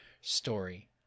story